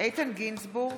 איתן גינזבורג,